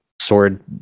sword